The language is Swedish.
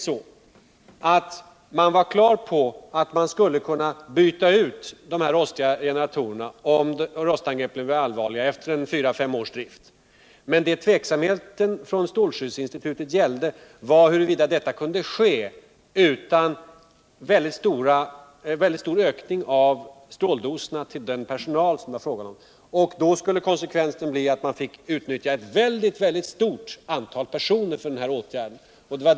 Man var på det klara med att man skulle kunna byta ut de rostiga generatorerna om rostangreppet blev allvarligt efter fyra fem års drift. Strålskyddsinstitutets tvekan gällde huruvida detta kunde ske utan en väldigt stark ökning av stråldoserna för personalen. Då skulle konsekvensen bli att man fick utnyttja eu stort antal personer för denna åtgärd.